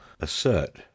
assert